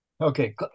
Okay